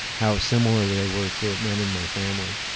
how similar they were to men in my family.